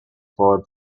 for